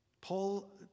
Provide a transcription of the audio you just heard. Paul